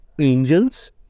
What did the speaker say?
angels